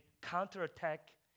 counterattack